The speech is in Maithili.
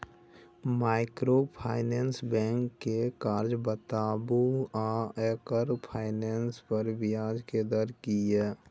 माइक्रोफाइनेंस बैंक के काज बताबू आ एकर फाइनेंस पर ब्याज के दर की इ?